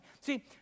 See